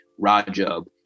Rajab